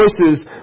voices